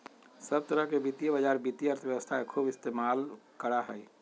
सब तरह के वित्तीय बाजार वित्तीय अर्थशास्त्र के खूब इस्तेमाल करा हई